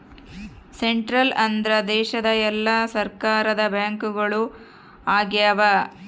central ಅಂದ್ರ ದೇಶದ ಎಲ್ಲಾ ಸರ್ಕಾರದ ಬ್ಯಾಂಕ್ಗಳು ಆಗ್ಯಾವ